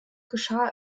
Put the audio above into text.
geschah